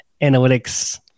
analytics